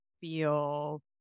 feel